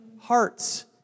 hearts